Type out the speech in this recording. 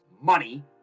money